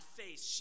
face